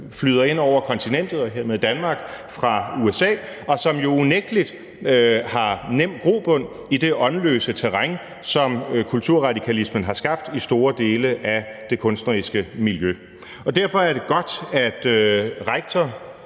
flyder ind over kontinentet og hermed Danmark fra USA, og som unægtelig har nem grobund i det åndløse terræn, som kulturradikalismen har skabt i store dele af det kunstneriske miljø. Og derfor er det godt, at rektor